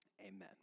Amen